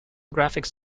graphics